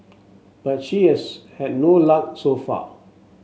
but she has had no luck so far